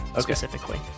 specifically